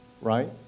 right